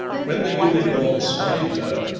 when the unicorn spied her,